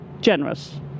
generous